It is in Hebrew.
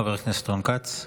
חבר הכנסת רון כץ.